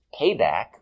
payback